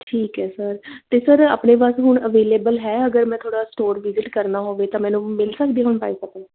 ਠੀਕ ਹੈ ਸਰ ਅਤੇ ਸਰ ਆਪਣੇ ਪਾਸ ਹੁਣ ਅਵੇਲੇਬਲ ਹੈ ਅਗਰ ਮੈਂ ਥੋੜ੍ਹਾ ਸਟੋਰ ਵਿਜਿਟ ਕਰਨਾ ਹੋਵੇ ਤਾਂ ਮੈਨੂੰ ਮਿਲ ਸਕਦੀ ਹੁਣ ਬਾਈਸਾਈਕਲ